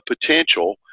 potential